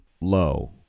low